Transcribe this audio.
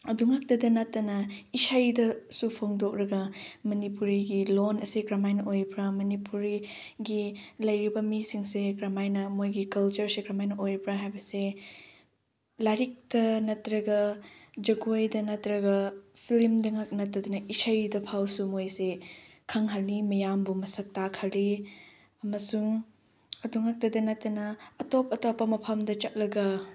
ꯑꯗꯨꯉꯥꯛꯇꯗ ꯅꯠꯇꯅ ꯏꯁꯩꯗꯁꯨ ꯐꯣꯡꯗꯣꯛꯂꯒ ꯃꯅꯤꯄꯨꯔꯤꯒꯤ ꯂꯣꯟ ꯑꯁꯤ ꯀꯔꯝꯍꯥꯏꯅ ꯑꯣꯏꯕ꯭ꯔꯥ ꯃꯅꯤꯄꯨꯔꯤꯒꯤ ꯂꯩꯔꯤꯕ ꯃꯤꯁꯤꯡꯁꯦ ꯀꯔꯝꯍꯥꯏꯅ ꯃꯣꯏꯒꯤ ꯀꯜꯆꯔꯁꯦ ꯀꯔꯝꯍꯥꯏꯅ ꯑꯣꯏꯕ꯭ꯔꯥ ꯍꯥꯏꯕꯁꯦ ꯂꯥꯏꯔꯤꯛꯇ ꯅꯠꯇ꯭ꯔꯒ ꯖꯒꯣꯏꯗ ꯅꯠꯇ꯭ꯔꯒ ꯐꯤꯂꯝꯗ ꯉꯥꯛ ꯅꯠꯇꯗꯅ ꯏꯁꯩꯗ ꯐꯥꯎꯁꯨ ꯃꯣꯏꯁꯦ ꯈꯪꯍꯜꯂꯤ ꯃꯌꯥꯝꯕꯨ ꯃꯁꯛ ꯇꯥꯛꯍꯜꯂꯤ ꯑꯃꯁꯨꯡ ꯑꯗꯨ ꯉꯥꯛꯇꯗ ꯅꯠꯇꯅ ꯑꯇꯣꯞ ꯑꯇꯣꯞꯄ ꯃꯐꯝꯗ ꯆꯠꯂꯒ